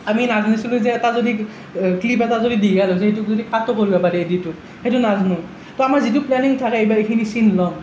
আমি নাজানিছিলো যে এটা যদি ক্লীপ এটা যদি দীঘল হৈছে সেইটোক যদি কাটো কৰিব লাগে যিটো সেইটো নাজানো তো আমাৰ যিটো প্লেনিং থাকে এইবাৰ এইখিনি চিন ল'ম